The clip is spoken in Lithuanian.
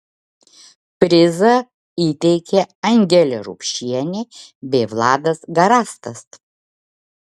prizą įteikė angelė rupšienė bei vladas garastas